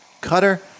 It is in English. cutter